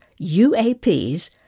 UAPs